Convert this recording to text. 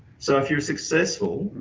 so if you're successful,